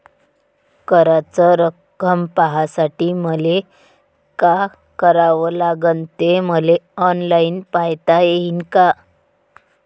कराच रक्कम पाहासाठी मले का करावं लागन, ते मले ऑनलाईन पायता येईन का?